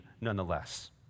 nonetheless